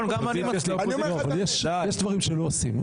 אבל יש דברים שלא עושים.